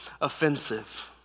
offensive